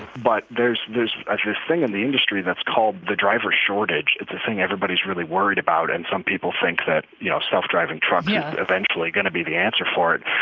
but there's there's this thing in the industry that's called the driver shortage it's a thing everybody's really worried about. and some people think that, you know, self-driving trucks is eventually going to be the answer for it.